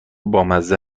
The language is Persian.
بامزه